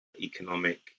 economic